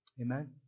Amen